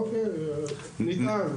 אוקיי, נטען.